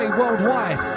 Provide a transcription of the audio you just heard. worldwide